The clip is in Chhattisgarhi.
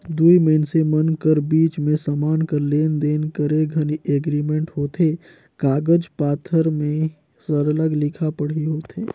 दुई मइनसे मन कर बीच में समान कर लेन देन करे घनी एग्रीमेंट होथे कागज पाथर में सरलग लिखा पढ़ी होथे